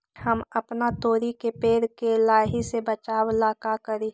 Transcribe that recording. हम अपना तोरी के पेड़ के लाही से बचाव ला का करी?